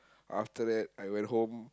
after that I went home